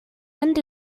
end